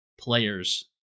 players